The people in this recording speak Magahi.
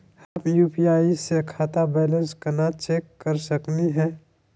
हम यू.पी.आई स खाता बैलेंस कना चेक कर सकनी हे?